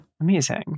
amazing